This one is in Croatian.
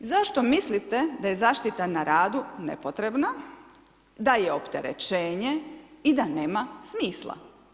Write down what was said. Zašto mislite da je zaštita na radu nepotrebna, da je opterećenje i da nema smisla?